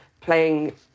playing